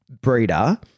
breeder